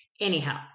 Anyhow